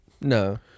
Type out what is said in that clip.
no